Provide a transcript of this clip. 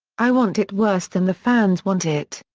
i want it worse than the fans want it.